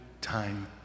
time